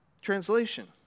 Translation